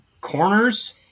corners